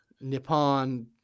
Nippon